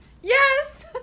yes